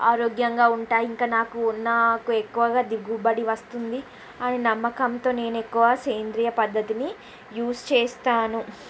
ఆరోగ్యంగా ఉంటాయి ఇంకా నాకు నాకు ఎక్కువగా దిగుబడి వస్తుంది అని నమ్మకంతో నేను ఎక్కువ సేంద్రియ పద్దతిని యూస్ చేస్తాను